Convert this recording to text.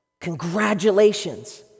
congratulations